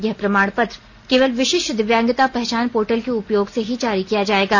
यह प्रमाण पत्र केवल विशिष्ट दिव्यांगता पहचान पोर्टल के उपयोग से ही जारी किया जाएगा